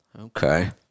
Okay